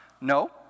No